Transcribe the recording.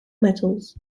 metals